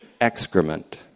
excrement